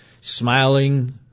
smiling